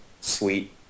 sweet